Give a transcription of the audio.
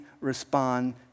respond